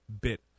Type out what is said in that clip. bit